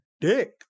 dick